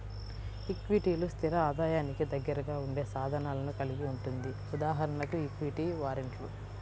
ఈక్విటీలు, స్థిర ఆదాయానికి దగ్గరగా ఉండే సాధనాలను కలిగి ఉంటుంది.ఉదాహరణకు ఈక్విటీ వారెంట్లు